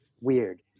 weird